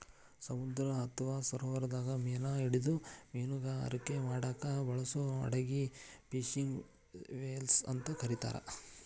ಸಮುದ್ರ ಅತ್ವಾ ಸರೋವರದಾಗ ಮೇನಾ ಹಿಡಿದು ಮೇನುಗಾರಿಕೆ ಮಾಡಾಕ ಬಳಸೋ ಹಡಗಿಗೆ ಫಿಶಿಂಗ್ ವೆಸೆಲ್ಸ್ ಅಂತ ಕರೇತಾರ